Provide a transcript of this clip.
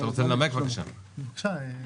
בקשה.